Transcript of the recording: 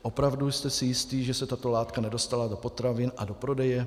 Opravdu jste si jist, že se tato látka nedostala do potravin a do prodeje?